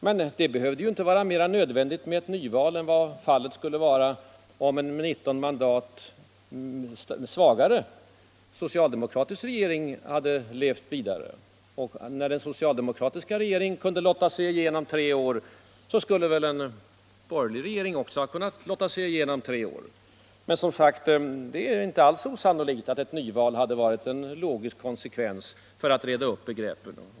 Men det behövde ju inte vara mera nödvändigt med ett nyval än vad fallet skulle vara om en 19 mandat svagare socialdemokratisk regering levde vidare. Och när den socialdemokratiska regeringen kunde lotta sig igenom tre år, så skulle väl en borgerlig regering också ha kunnat lotta sig igenom tre år. Men, som sagt, det är inte alls osannolikt att ett nyval hade varit en logisk konsekvens för att reda ut begreppen.